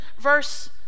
verse